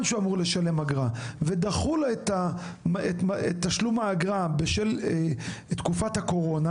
שאמור לשלם אגרה ודחו לו את תשלום האגרה בשל תקופת הקורונה.